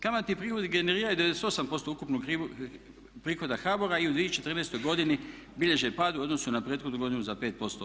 Kamatni prihodi generiraju 98% ukupnog prihoda HBOR-a i u 2014. godini bilježe pad u odnosu na prethodnu godinu za 5%